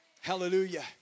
Hallelujah